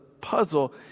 puzzle